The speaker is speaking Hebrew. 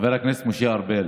חבר הכנסת משה ארבל,